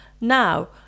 now